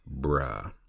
Bruh